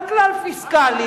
על כלל פיסקלי,